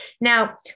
Now